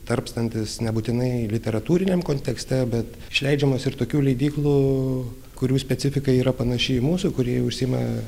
tarpstantis nebūtinai literatūriniam kontekste bet išleidžiamas ir tokių leidyklų kurių specifika yra panaši į mūsų kurie užsiima